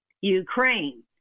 Ukraine